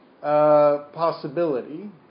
possibility